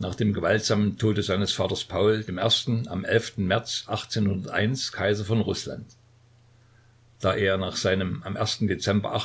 nach dem gewaltsamen tode seines vaters paul i am märz kaiser von rußland da er nach seinem am dezember